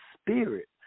spirit